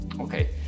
okay